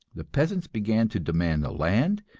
the peasants began to demand the land,